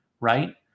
right